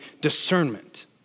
discernment